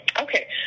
Okay